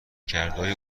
کردههای